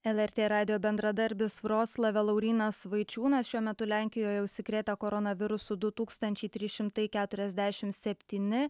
lrt radijo bendradarbis vroclave laurynas vaičiūnas šiuo metu lenkijoje užsikrėtę koronavirusu du tūkstančiai trys šimtai keturiasdešimt septyni